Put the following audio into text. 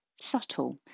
subtle